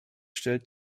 stellt